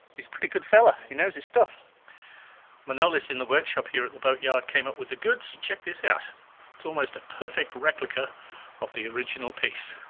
he's a pretty good fella he knows his stuff manolis in the workshop here at the boatyard came up with the goods check this out it's almost a perfect replica of the original piece